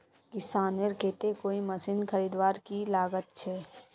किसानेर केते कोई मशीन खरीदवार की लागत छे?